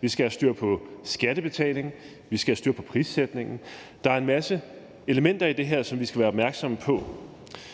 Vi skal have styr på skattebetalingen. Vi skal have styr på prissætningen. Der er en masse elementer i det her, som vi skal være opmærksomme på,